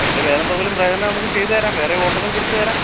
അതിൻ്റെ വേറെ എന്തെങ്കിലു പ്രയോജനം നമുക്ക് ചെയ്ത് തരാം വേറെ ഓട്ടങ്ങൾ പിടിച്ച് തരാം